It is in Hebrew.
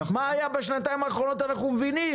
את מה היה בשנתיים האחרונות אנחנו מבינים,